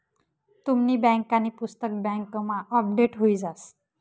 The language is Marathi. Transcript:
तुमनी बँकांनी पुस्तक बँकमा अपडेट हुई जास